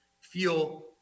feel